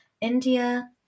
india